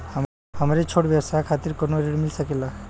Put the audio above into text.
हमरे छोट व्यवसाय खातिर कौनो ऋण मिल सकेला?